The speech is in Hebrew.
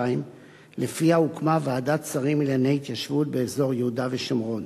ולפיה הוקמה ועדת שרים לענייני התיישבות באזור יהודה ושומרון.